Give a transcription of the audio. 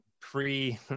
pre